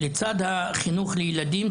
לצד החינוך לילדים,